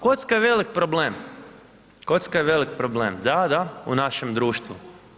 Kocka je veliki problem, kocka je veliki problem da, da, u našem društvu.